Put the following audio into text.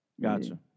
Gotcha